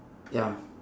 ya